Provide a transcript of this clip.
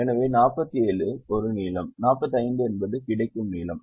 எனவே 47 ஒரு நீளம் 45 என்பது கிடைக்கும் நீளம்